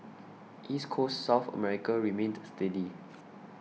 East Coast South America remained steady